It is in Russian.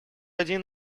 один